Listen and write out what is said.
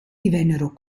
divennero